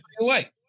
away